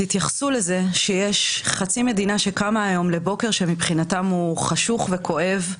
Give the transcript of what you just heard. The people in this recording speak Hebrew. ותתייחסו לכך שחצי מדינה קמה היום לבוקר שמבחינתה הוא חשוך וכואב,